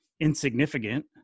insignificant